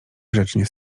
grzecznie